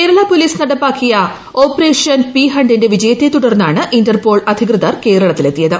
Kerala police നടപ്പിലാക്കിയ operation P ഹണ്ടിന്റെ വിജയത്തെ തുടർന്നാണ് ഇന്റർപോൾ അധികൃതർ കേരളത്തിലെത്തിയത്